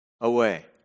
away